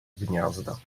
gniazda